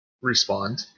respond